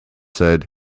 said